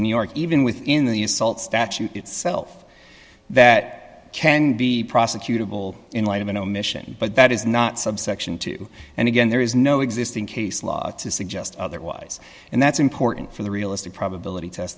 in new york even within the assault statute itself that can be prosecutable in light of an omission but that is not subsection two and again there is no existing case law to suggest otherwise and that's important for the realistic probability test